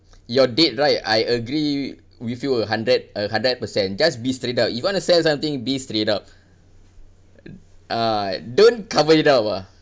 you're dead right I agree with you a hundred a hundred percent just be straight up you want to sell something be straight up ah don't cover it up ah